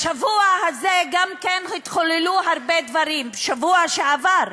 בשבוע הזה גם התחוללו הרבה דברים, בשבוע שעבר,